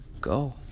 go